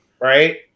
right